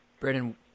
Brandon